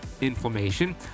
inflammation